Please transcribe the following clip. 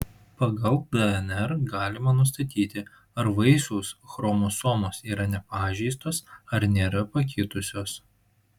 pagal dnr galima nustatyti ar vaisiaus chromosomos yra nepažeistos ar nėra pakitusios